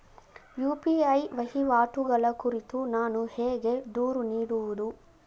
UPI ವಹಿವಾಟುಗಳ ಕುರಿತು ನಾನು ಹೇಗೆ ದೂರು ನೀಡುವುದು?